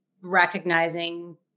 recognizing